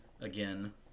again